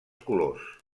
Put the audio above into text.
colors